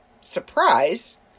surprise